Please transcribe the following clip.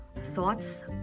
Thoughts